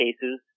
cases